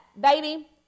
baby